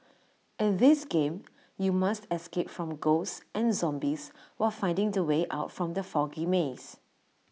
in this game you must escape from ghosts and zombies while finding the way out from the foggy maze